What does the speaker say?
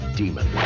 demon